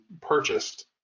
purchased